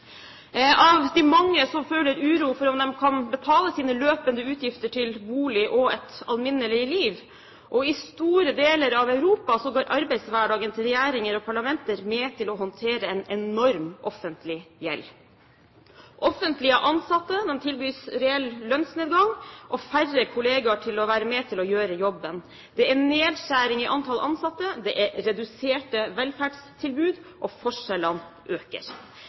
av de mange som føler uro for om de kan betale sine løpende utgifter til bolig og et alminnelig liv. Og i store deler av Europa går arbeidshverdagen til regjeringer og parlamenter med til å håndtere en enorm offentlig gjeld. Offentlig ansatte tilbys reell lønnsnedgang, og det er færre kolleger til å være med på å gjøre jobben. Det er nedskjæring i antall ansatte, det er reduserte velferdstilbud, og forskjellene øker.